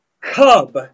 cub